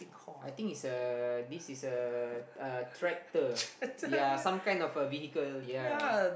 I think it's a this is a a tractor yea some kind of a vehicle yea